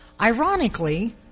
Ironically